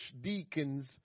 deacons